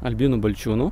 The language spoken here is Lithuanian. albinu balčiūnu